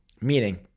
Meaning